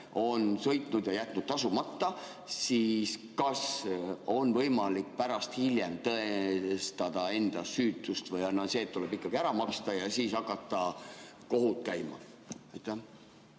on sõitnud ja jätnud tasumata, siis kas on võimalik hiljem tõestada enda süütust? Või on nii, et tuleb ikkagi ära maksta ja siis hakata kohut käima? Tänan,